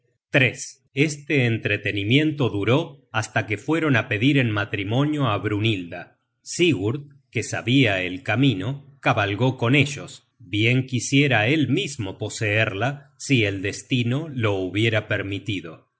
from google book search generated at ron á pedir en matrimonio á brynhilda sigurd que sabia el camino cabalgó con ellos bien quisiera él mismo poseerla si el destino lo bubiera permitido